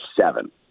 seven